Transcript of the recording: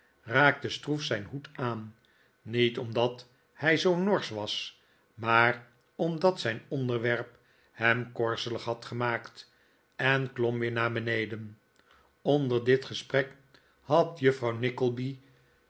raakte stroef zijn hoed aan niet omdat hij zoo norsch was maar omdat zijn onderwerp hem korzelig had gemaakt en klom weer naar beneden onder dit gesprek had juffrouw